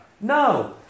No